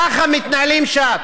ככה מתנהלים שם.